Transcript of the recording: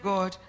God